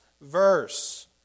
verse